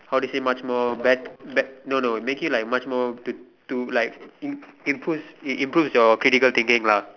how they say much more bet bet no no make it like much more to to like improves it improves your critical thinking lah